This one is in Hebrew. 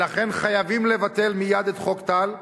ולכן חייבים לבטל מייד את חוק טל.